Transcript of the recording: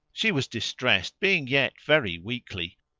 she was distressed, being yet very weakly,